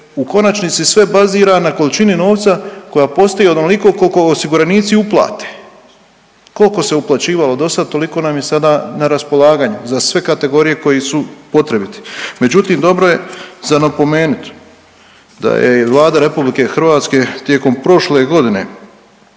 u konačnici sve bazira na količini novca koja postoji onoliko kolko osiguranici uplate, koliko se uplaćivalo dosad toliko nam je sada na raspolaganju za sve kategorije koji su potrebiti. Međutim dobro je za napomenut da je i Vlada RH tijekom prošle godine